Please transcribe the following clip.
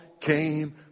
came